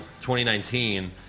2019